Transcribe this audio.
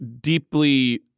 deeply